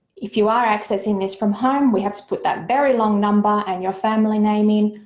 if you are accessing this from home we have to put that very long number and your family name in,